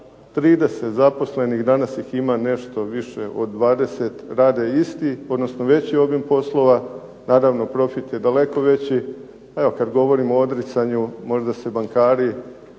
30 zaposlenih. Danas ih ima nešto više od 20. Rade isti, odnosno veći obim poslova. Naravno profit je daleko veći. Evo kad govorimo o odricanju možda se bankari,